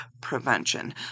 Prevention